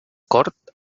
cort